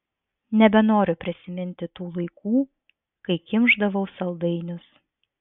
nebenoriu prisiminti tų laikų kai kimšdavau saldainius